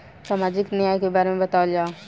सामाजिक न्याय के बारे में बतावल जाव?